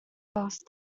passed